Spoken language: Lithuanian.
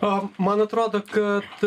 a man atrodo kad